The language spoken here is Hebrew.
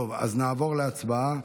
טוב, אז נעבור להצבעה.